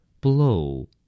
Blow